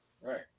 Right